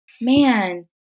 man